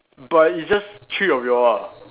but it's just three of you all lah